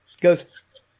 goes